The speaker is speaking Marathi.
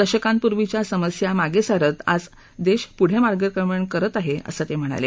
दशकांपूर्वीच्या समस्या मागे सारत आज देशु पुढे मार्गक्रमण करत आहे असं ते म्हणाले